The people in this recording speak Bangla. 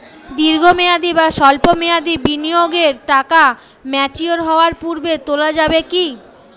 দীর্ঘ মেয়াদি বা সল্প মেয়াদি বিনিয়োগের টাকা ম্যাচিওর হওয়ার পূর্বে তোলা যাবে কি না?